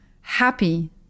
happy